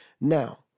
Now